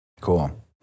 Cool